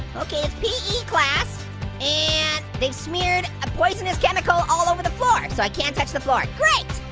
okay it's pe class and they smeared a poisonous chemical all over the floor so i can't touch the floor. great!